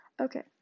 Okay